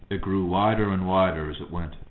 it grew wider and wider as it went.